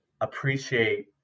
appreciate